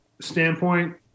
standpoint –